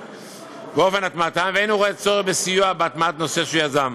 ואופן הטמעתן ואין הוא רואה צורך בסיוע בהטמעת נושא שיזם.